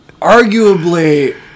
arguably